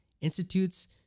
institutes